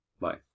bye